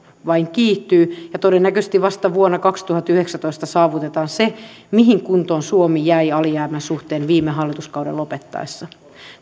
vain kiihtyy ja todennäköisesti vasta vuonna kaksituhattayhdeksäntoista saavutetaan se mihin kuntoon suomi jäi alijäämän suhteen viime hallituskauden lopettaessa